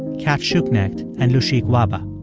cat schuknecht and lushik wahba.